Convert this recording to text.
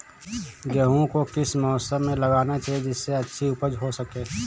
गेहूँ को किस मौसम में लगाना चाहिए जिससे अच्छी उपज हो सके?